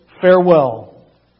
farewell